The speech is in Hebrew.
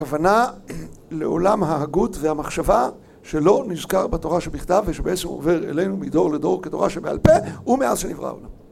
כוונה לעולם ההגות והמחשבה שלא נזכר בתורה שבכתב ושבעצם עובר אלינו מדור לדור כתורה שבעל-פה ומאז שנברא העולם